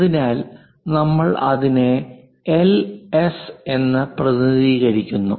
അതിനാൽ നമ്മൾ അതിനെ എൽ എസ് എന്ന് പ്രതിനിധീകരിക്കുന്നു